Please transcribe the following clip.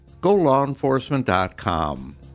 GoLawEnforcement.com